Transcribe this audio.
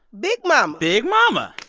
big mama. big mama.